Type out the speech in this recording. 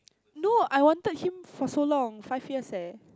no I wanted him for so long five years eh